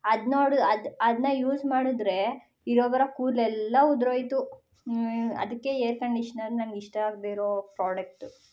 ಅದನ್ನೋಡು ಅದ್ ಅದನ್ನ ಯೂಸ್ ಮಾಡಿದರೆ ಇರೋ ಬರೋ ಕೂದಲೆಲ್ಲಾ ಉದುರೋಯ್ತು ಅದಕ್ಕೆ ಏರ್ ಕಂಡಿಷ್ನರ್ ನನಗೆ ಇಷ್ಟ ಆಗದೇ ಇರೋ ಪ್ರಾಡಕ್ಟು